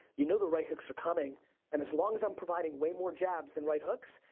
you know the right hooks are coming and as long as i'm providing way more jabs than right hooks,